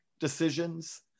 decisions